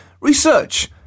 research